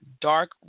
dark